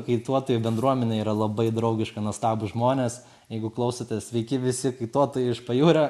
kaituotojų bendruomenė yra labai draugiška nuostabūs žmonės jeigu klausotės sveiki visi kaituotojai iš pajūrio